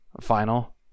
final